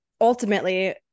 ultimately